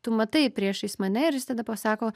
tu matai priešais mane ir jis tada pasako